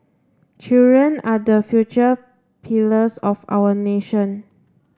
children are the future pillars of our nation